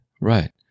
Right